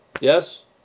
Yes